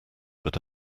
but